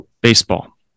Baseball